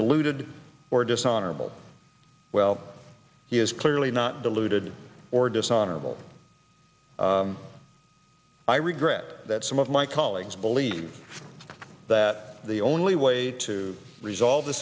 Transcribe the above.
deluded or dishonorable well he is clearly not deluded or dishonorable i regret that some of my colleagues believe that the only way to resolve the